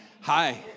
hi